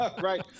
Right